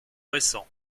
récent